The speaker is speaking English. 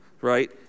right